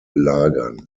lagern